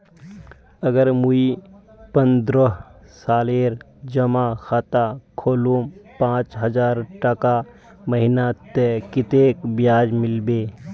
अगर मुई पन्द्रोह सालेर जमा खाता खोलूम पाँच हजारटका महीना ते कतेक ब्याज मिलबे?